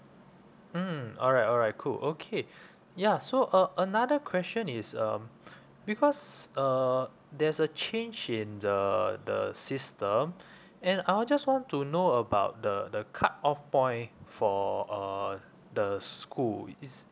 mm alright alright cool okay ya so a~ another question is um because uh there's a change in the the system and I'll just want to know about the the cutoff point for uh the school i~ is